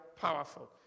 powerful